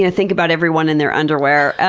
yeah think about everyone in their underwear,